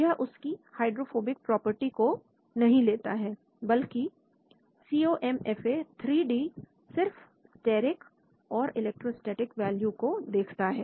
यह उसकी hydrophobic property को नहीं लाता है बल्कि COMFA 3D सिर्फ स्टेरिक और इलेक्ट्रोस्टेटिक वैल्यू को देखता है